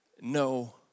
no